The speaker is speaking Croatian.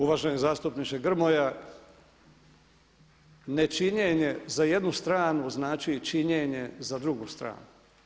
Uvaženi zastupniče Grmoja nečinjenje za jednu stranu znači činjenje za drugu stranu.